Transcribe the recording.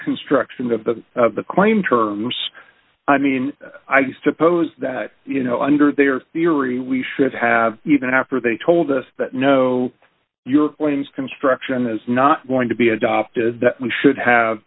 construction of the of the claim terms i mean i just suppose that you know under their theory we should have even after they told us that no you're going construction is not going to be adopted that we should have